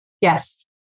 Yes